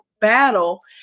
battle